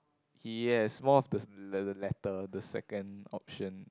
yes more of the l~ l~ latter the second option